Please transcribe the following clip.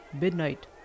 Midnight